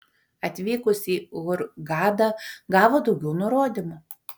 atvykus į hurgadą gavo daugiau nurodymų